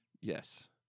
Yes